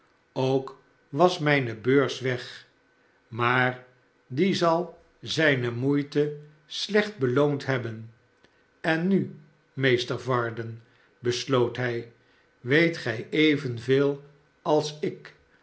ook was mijne beurs weg maar die zal zijne moeite slecht beloond hebben en nu meester varden besloot hij weet gij evenveel als ik